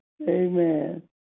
Amen